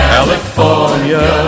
California